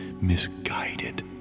misguided